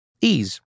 Ease